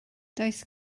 does